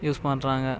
use பண்ணுறாங்க